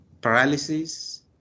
paralysis